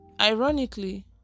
ironically